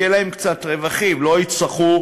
יהיו להם קצת רווחים, לא יצטרכו